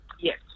Yes